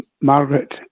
Margaret